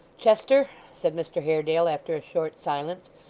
chester, said mr haredale, after a short silence,